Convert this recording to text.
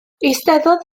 eisteddodd